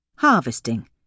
Harvesting